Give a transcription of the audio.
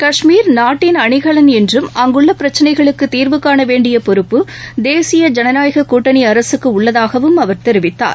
கஷ்மீர் நாட்டின் அணிகலன் என்றும் அங்குள்ள பிரச்சினைகளுக்கு தீர்வு காண வேண்டிய பொறுப்பு தேசிய ஜனநாயக கூட்டணி அரசுக்கு உள்ளதாகவும் அவர் தெரிவித்தார்